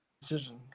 decision